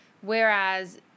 Whereas